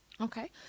okay